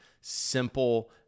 simple